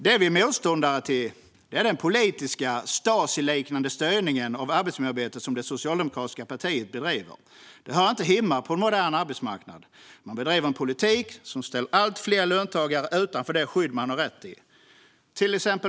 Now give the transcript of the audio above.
Det vi är motståndare till är den Stasiliknande politiska styrning av arbetsmiljöarbetet som det socialdemokratiska partiet bedriver. Det hör inte hemma på en modern arbetsmarknad. Man bedriver en politik som ställer allt fler löntagare utanför det skydd de har rätt till.